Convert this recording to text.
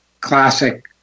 classic